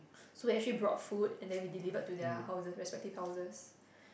so actually brought food and then we delivered to their houses respective houses